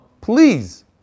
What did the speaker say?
Please